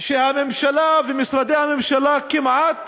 שהממשלה ומשרדי הממשלה כמעט